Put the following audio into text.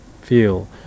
feel